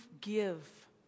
give